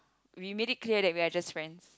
we made it clear that we're just friends